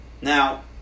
Now